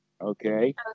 okay